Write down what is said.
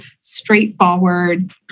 straightforward